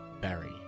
Barry